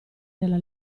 nella